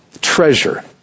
treasure